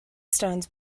stones